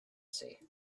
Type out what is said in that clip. see